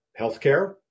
healthcare